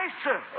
sir